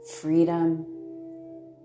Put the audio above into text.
freedom